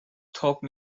تاب